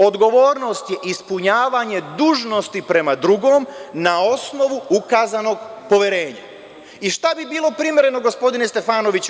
Odgovornost je ispunjavanje dužnosti prema drugom na osnovu ukazanog poverenja i šta bi bilo primereno, gospodine Stefanoviću?